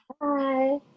Bye